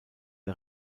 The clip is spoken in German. der